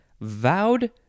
vowed